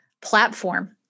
platform